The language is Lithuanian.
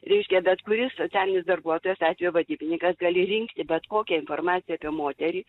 reiškia bet kuris socialinis darbuotojas atvejo vadybininkas gali rinkti bet kokią informaciją apie moterį